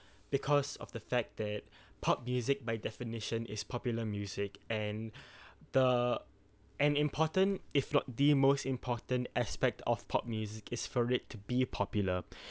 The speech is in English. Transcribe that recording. because of the fact that pop music by definition is popular music and the an important if not the most important aspect of pop music is for it to be popular